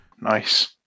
nice